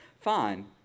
fine